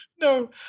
No